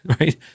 Right